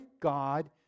God